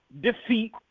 defeat